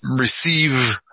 receive